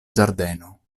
ĝardeno